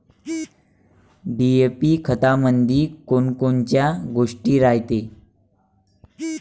DAP खतामंदी कोनकोनच्या गोष्टी रायते?